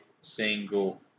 single